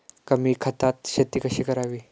कमी खतात शेती कशी करावी?